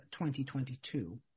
2022